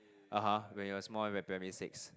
(uh huh) when you're small in primary six